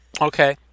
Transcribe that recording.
Okay